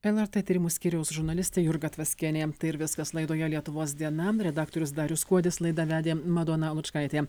lrt tyrimų skyriaus žurnalistė jurga tvaskienė tai ir viskas laidoje lietuvos diena redaktorius darius kuodis laidą vedė madona lučkaitė